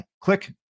click